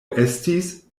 estis